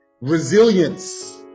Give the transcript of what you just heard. Resilience